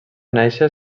néixer